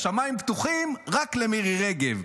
השמיים פתוחים רק למירי רגב.